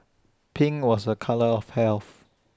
pink was A colour of health